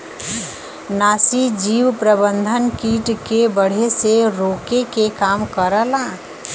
नाशीजीव प्रबंधन कीट के बढ़े से रोके के काम करला